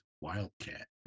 Wildcat